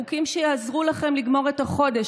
חוקים שיעזרו לכם לגמור את החודש,